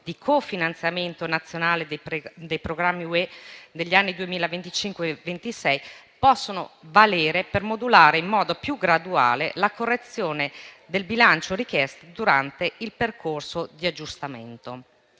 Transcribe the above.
di cofinanziamento nazionale dei programmi dell'Unione europea degli anni 2025-2026 possano valere per modulare in modo più graduale la correzione del bilancio richiesta durante il percorso di aggiustamento.